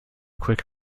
quick